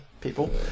people